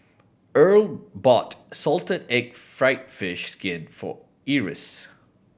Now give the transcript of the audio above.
Earl bought salted egg fried fish skin for Eris